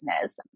business